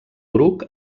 bruc